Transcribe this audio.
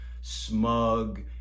smug